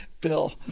Bill